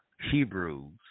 Hebrews